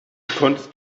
konntest